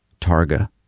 Targa